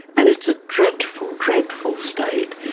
and it's a dreadful, dreadful state.